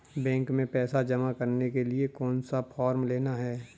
Bank में पैसा जमा करने के लिए कौन सा फॉर्म लेना है?